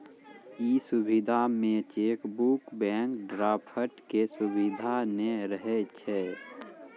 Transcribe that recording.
इ सुविधा मे चेकबुक, बैंक ड्राफ्ट के सुविधा नै रहै छै